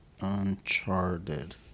Uncharted